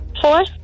Four